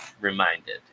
reminded